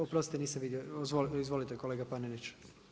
Oprostite nisam vidio, izvolite kolega Panenić.